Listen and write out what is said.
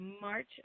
March